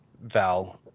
Val